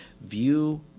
view